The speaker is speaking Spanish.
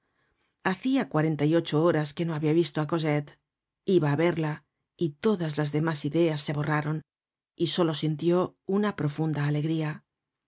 olvidó hacia cuarenta y ocho horas que no habia visto á cosette iba á verla y todas las demás ideas se borraron y solo sintió una profunda alegría